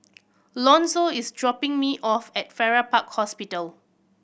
Lonzo is dropping me off at Farrer Park Hospital